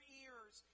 ears